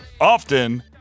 Often